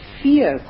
fear